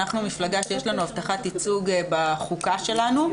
אנחנו מפלגה שיש בה הבטחת ייצוג בחוקה שלנו,